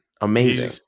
Amazing